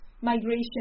migration